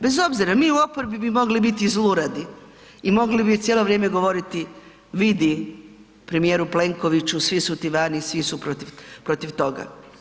Bez obzira, mi u oporbi bi mogli biti zluradi i mogli bi cijelo vrijeme govoriti, vidi, premijeru Plenkoviću, svi su ti vani, svi su protiv toga.